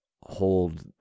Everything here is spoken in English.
hold